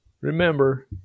remember